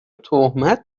تهمت